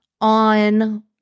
on